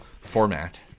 format